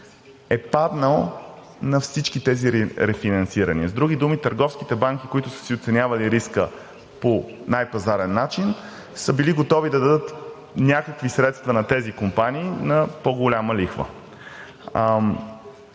е паднал на всички тези рефинансирания. С други думи търговските банки, които са си оценявали риска по най-пазарен начин, са били готови да дадат някакви средства на тези компании на по-голяма лихва,